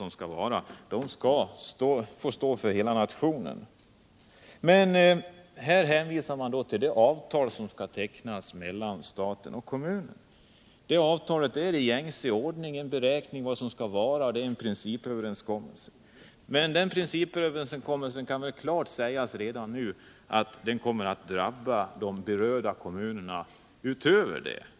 Men här hänvisar man till det avtal som skall tecknas mellan staten och kommunerna. Det avtalet är i gängse ordning en principöverenskommelse och en beräkning av vad som kommer att erfordras. Men det kan klart sägas redan nu att de berörda kommunerna kommer att drabbas av kostnader utöver dem som anges i principöverenskommelsen.